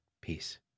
Peace